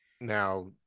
now